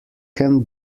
can